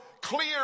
clear